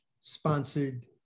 sponsored